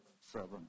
seven